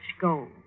gold